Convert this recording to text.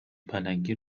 پلنگی